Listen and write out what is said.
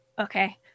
Okay